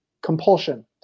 compulsion